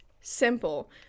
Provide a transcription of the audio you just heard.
simple